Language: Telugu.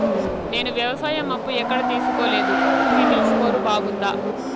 నేను వ్యవసాయం అప్పు ఎక్కడ తీసుకోలేదు, సిబిల్ స్కోరు బాగుందా?